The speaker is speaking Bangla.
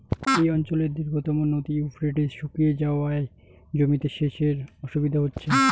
এই অঞ্চলের দীর্ঘতম নদী ইউফ্রেটিস শুকিয়ে যাওয়ায় জমিতে সেচের অসুবিধে হচ্ছে